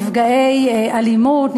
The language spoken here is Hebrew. נפגעות אלימות,